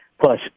Plus